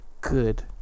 good